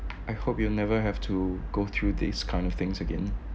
I hope you'll never have to go through these kind of things again